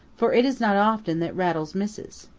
for it is not often that rattles misses.